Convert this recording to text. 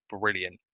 brilliant